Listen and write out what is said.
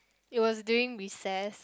it was during recess